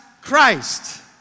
Christ